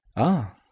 ah!